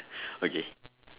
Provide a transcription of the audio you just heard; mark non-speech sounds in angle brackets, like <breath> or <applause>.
<breath> okay